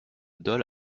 dol